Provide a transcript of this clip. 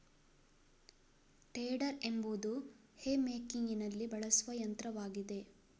tedder ಎಂಬುದು hay ಮೇಕಿಂಗಿನಲ್ಲಿ ಬಳಸುವ ಯಂತ್ರವಾಗಿದೆ